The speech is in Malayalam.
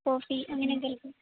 കോഫി അങ്ങനെയെന്തെങ്കിലും